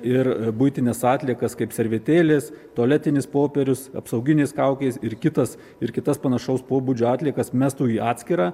ir buitines atliekas kaip servetėlės tualetinis popierius apsauginės kaukės ir kitas ir kitas panašaus pobūdžio atliekas mestų į atskirą